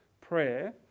prayer